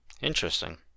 Interesting